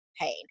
pain